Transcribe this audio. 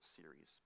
series